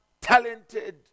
talented